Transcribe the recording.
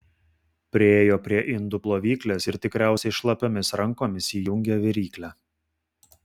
priėjo prie indų plovyklės ir tikriausiai šlapiomis rankomis įjungė viryklę